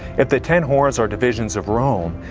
if the ten horns are divisions of rome,